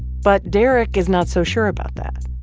but derek is not so sure about that.